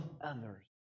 others